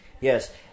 Yes